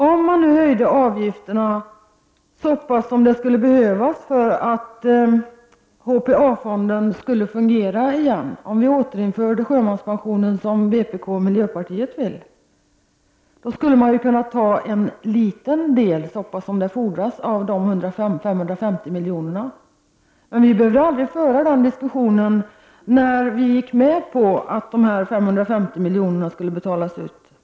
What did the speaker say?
Om avgifterna höjdes så mycket att HPA-fonden skulle fungera igen och om vi återinförde sjömanspensionen som vpk och miljöpartiet vill, skulle man kunna ta en liten del, så mycket som det fordras, av de 550 miljonerna. Men vi behövde aldrig föra den diskussionen när vi gick med på att dessa 550 milj.kr. skuile betalas ut.